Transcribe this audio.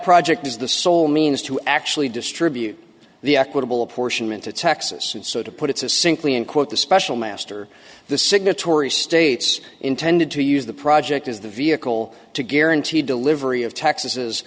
project is the sole means to actually distribute the equitable apportionment to texas and so to put it's a simply end quote the special master the signatory states intended to use the project is the vehicle to guarantee delivery of taxes